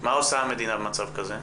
מה עושה המדינה במצב כזה?